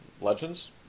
Legends